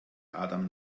adam